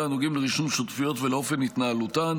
הנוגעים לרישום שותפויות ולאופן התנהלותן,